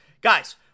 Guys